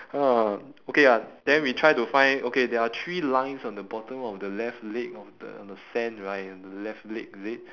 okay can !wah! okay ah then we try to find okay there are three lines on the bottom of the left leg of the on the sand right on the left leg is it